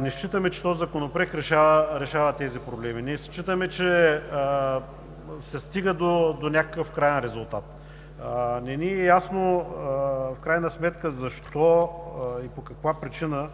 Не считаме, че този законопроект решава тези проблеми. Не считаме, че се стига до някакъв краен резултат. Не ни е ясно защо и по каква причина